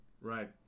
Right